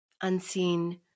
unseen